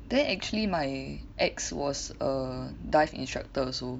then actually my ex was a dive instructor also